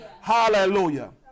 Hallelujah